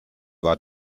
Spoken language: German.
war